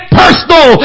personal